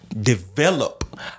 develop